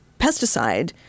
pesticide